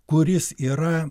kuris yra